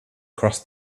crossed